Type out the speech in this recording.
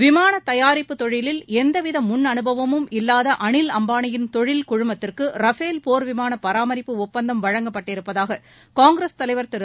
விமான தயாரிப்புத் தொழிலில் எந்தவித முன்அனுபவமும் இல்வாத அனில் அம்பானியின் தொழில் குழுமத்திற்கு ரஃபேல் போர்விமான பராமரிப்பு ஒப்பந்தம் வழங்கப்பட்டிருப்பதாக காங்கிரஸ் தலைவர் திரு